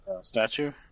Statue